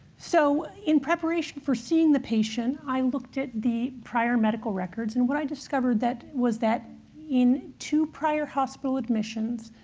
so in preparation for seeing the patient, i looked at the prior medical records. and what i discovered was that in two prior hospital admissions,